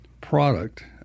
product